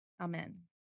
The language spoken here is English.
Amen